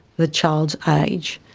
the child's age,